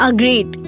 Agreed